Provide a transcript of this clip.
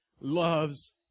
loves